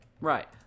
Right